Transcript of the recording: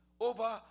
over